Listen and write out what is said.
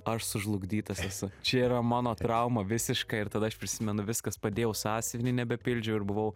aš sužlugdytas esu čia yra mano trauma visiška ir tada aš prisimenu viskas padėjau sąsiuvinį nebepildžiau ir buvau